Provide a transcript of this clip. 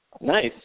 Nice